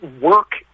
work